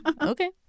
Okay